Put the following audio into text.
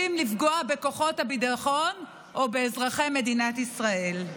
לפגוע בכוחות הביטחון או באזרחי מדינת ישראל.